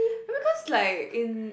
because like in